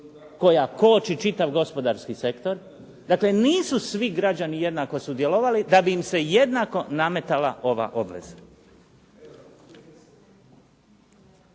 koja koči čitav gospodarski sektor. Dakle, nisu svi građani jednako sudjelovali da bi im se jednako nametala ova obveza.